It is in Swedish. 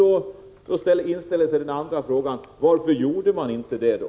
Då inställer sig den andra frågan: Varför gjorde man inte det då?